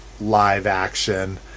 live-action